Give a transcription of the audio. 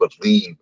believe